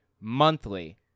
monthly